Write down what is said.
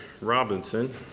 Robinson